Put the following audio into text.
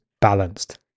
balanced